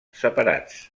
separats